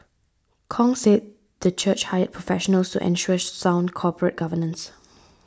Kong said the church hired professionals to ensure sound corporate governance